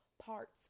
parts